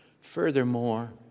Furthermore